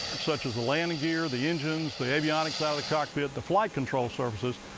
such as the landing gear, the engines, the avionics out of the cockpit, the flight control services,